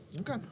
Okay